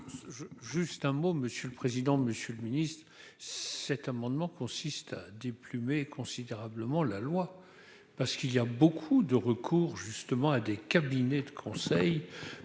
Juste un mot, monsieur le président, Monsieur le Ministre, cet amendement consiste à déplumer considérablement la loi parce qu'il y a beaucoup de recours justement à des cabinets de conseil